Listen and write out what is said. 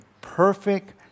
perfect